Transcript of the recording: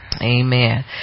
Amen